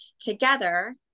together